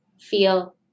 feel